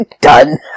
Done